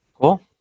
Cool